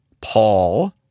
Paul